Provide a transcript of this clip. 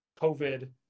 COVID